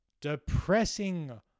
depressing